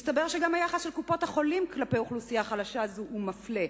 מסתבר שגם היחס של קופות-החולים כלפי אוכלוסייה חלשה זו הוא מפלה,